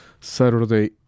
Saturday